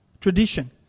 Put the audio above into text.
tradition